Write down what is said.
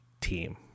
team